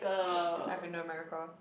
I've been to America